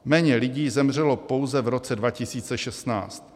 Méně lidí zemřelo pouze v roce 2016.